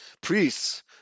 priests